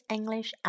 English